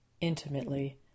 intimately